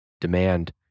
Demand